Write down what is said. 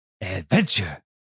adventure